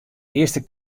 earste